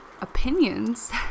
opinions